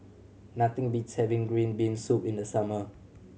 nothing beats having green bean soup in the summer